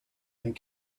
and